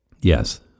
Yes